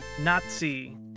Nazi